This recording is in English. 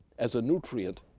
as a nutrient,